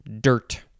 dirt